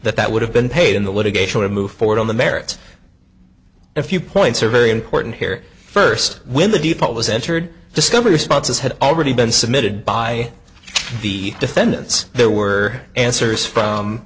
that would have been paid in the litigation to move forward on the merits a few points are very important here first when the default was entered discovery responses had already been submitted by the defendants there were answers from